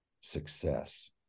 success